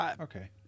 okay